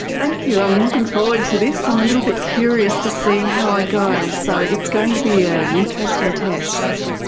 thank you, i'm looking forward to this. i'm a little bit curious to see how i go, so it's going to be ah an interesting test.